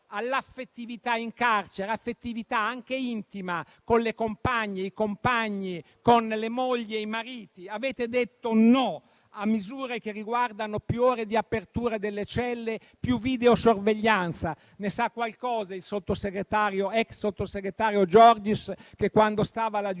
all'affettività in carcere, affettività anche intima, con le compagne e i compagni, con le mogli e i mariti. Avete detto no a misure che riguardano più ore di apertura delle celle e più videosorveglianza; ne sa qualcosa l'ex sottosegretario Giorgis, che, quando stava alla giustizia,